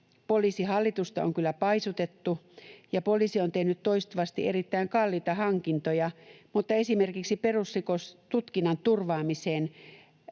Poliisihallitusta on kyllä paisutettu, ja poliisi on tehnyt toistuvasti erittäin kalliita hankintoja, mutta esimerkiksi perusrikostutkinnan turvaamiseen